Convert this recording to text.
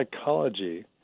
psychology